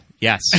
Yes